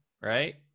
right